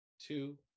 two